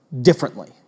differently